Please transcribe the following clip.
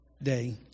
day